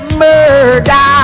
murder